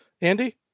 Andy